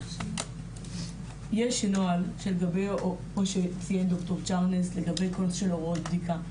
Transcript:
יש נוהל לגבי קוד של הוראות בדיקה.